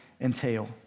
entail